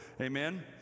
Amen